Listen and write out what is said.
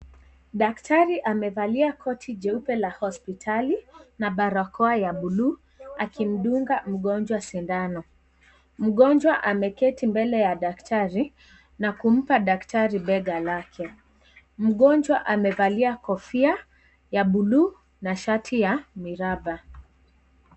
Daktari amevalia koti jeupe la hospitali na barakoa ya bluu , akimdunga mgonjwa sindano. Mgonjwa ameketi mbele ya daktari na kumpa daktari bega lake. Mgonjwa amevalia kofia ya bluu na shati ya miraba.